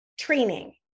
training